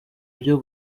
byo